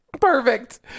perfect